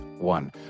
one